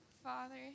father